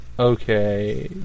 Okay